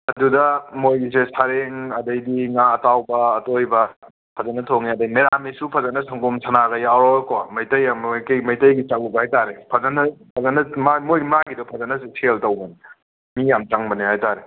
ꯑꯗꯨꯗ ꯃꯣꯏꯒꯤꯁꯦ ꯁꯔꯦꯡ ꯑꯗꯩꯗꯤ ꯉꯥ ꯑꯇꯥꯎꯕ ꯑꯇꯣꯏꯕ ꯐꯖꯅ ꯊꯣꯡꯉꯦ ꯑꯗꯒꯤ ꯃꯦꯔꯥꯃꯤꯁꯁꯨ ꯐꯖꯅ ꯁꯪꯒꯣꯝ ꯁꯅꯥꯒ ꯌꯥꯎꯔꯒꯀꯣ ꯃꯩꯇꯩ ꯑꯃꯒꯤ ꯃꯩꯇꯩꯒꯤ ꯆꯥꯛꯂꯨꯛ ꯍꯥꯏ ꯇꯥꯔꯦ ꯐꯖꯅ ꯐꯖꯅ ꯃꯥ ꯃꯣꯏ ꯃꯥꯒꯤꯗꯣ ꯐꯖꯅꯁꯨ ꯁꯦꯜ ꯇꯧꯕꯅꯦ ꯃꯤ ꯌꯥꯝꯅ ꯆꯪꯕꯅꯦ ꯍꯥꯏ ꯇꯥꯔꯦ